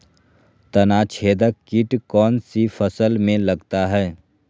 तनाछेदक किट कौन सी फसल में लगता है?